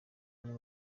bamwe